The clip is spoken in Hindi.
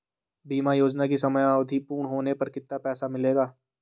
बीमा योजना की समयावधि पूर्ण होने पर कितना पैसा मिलेगा?